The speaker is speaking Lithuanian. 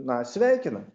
na sveikina